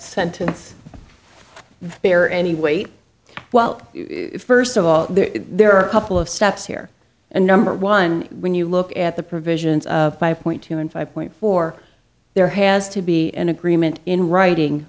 sentance bear any weight well first of all there are a couple of steps here and number one when you look at the provisions of five point two and five point four there has to be an agreement in writing